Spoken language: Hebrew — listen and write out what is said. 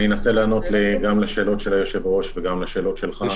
אני אנסה לענות גם לשאלות של היושב-ראש וגם לשאלות שלך.